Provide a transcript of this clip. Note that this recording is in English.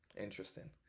interesting